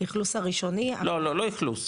האכלוס הראשוני --- לא,